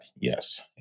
Yes